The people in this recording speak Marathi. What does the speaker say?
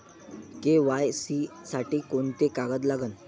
के.वाय.सी साठी कोंते कागद लागन?